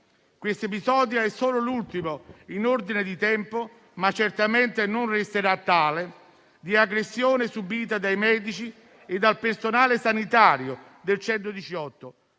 Questo è solo l'ultimo episodio in ordine di tempo, ma certamente non resterà tale, di aggressione subìta dai medici e dal personale sanitario del 118,